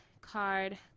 card